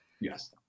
Yes